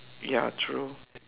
ya true